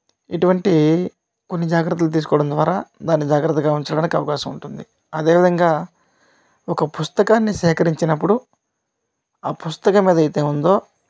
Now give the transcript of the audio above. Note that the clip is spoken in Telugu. ఇటువంటి కొన్ని జాగ్రత్తలు తీసుకోవడం ద్వారా దాన్ని జాగ్రత్తగా ఉంచడానికి అవకాశం ఉంటుంది అదే విధంగా ఒక పుస్తకాన్ని సేకరించినప్పుడు ఆ పుస్తకము ఏదైతే ఉందో